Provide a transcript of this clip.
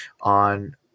on